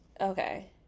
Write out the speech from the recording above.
Okay